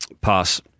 Pass